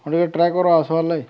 ହଁ ଟିକେ ଟ୍ରାଏ କର ଆସବାର ଲାଗି